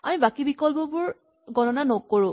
আমি বাকী বিকল্পবোৰ গণনা নকৰো